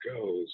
goes